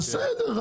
בסדר.